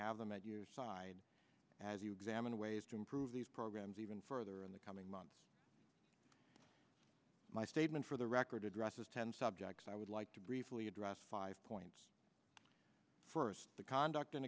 have them at your side as you examine ways to improve these programs even further in the coming months my statement for the record addresses ten subjects i would like to briefly address five points first the conduct an